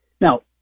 Now